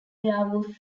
werewolf